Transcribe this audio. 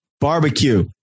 Barbecue